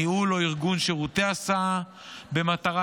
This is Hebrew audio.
ניהול או ארגון שירותי הסעה במטרה